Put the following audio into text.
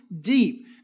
deep